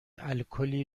الکلی